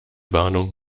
warnung